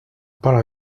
parles